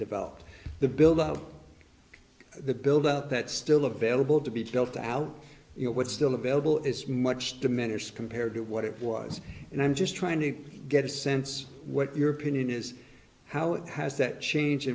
developed the build out the build up that still available to be built out you know what still available is much diminished compared to what it was and i'm just trying to get a sense what your opinion is how it has that change